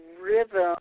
rhythm